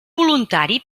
voluntari